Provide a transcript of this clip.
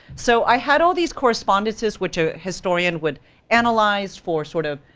so i had all these correspondences which a historian would analyze for, sort of,